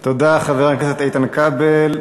תודה, חבר הכנסת איתן כבל.